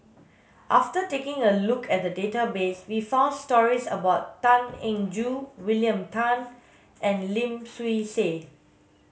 after taking a look at the database we found stories about Tan Eng Joo William Tan and Lim Swee Say